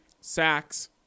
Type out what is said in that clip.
Sacks